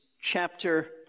chapter